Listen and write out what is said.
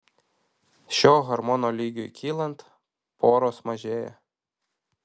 šio hormono lygiui kylant poros mažėja